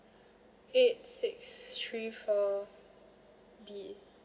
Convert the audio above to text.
eight six three four D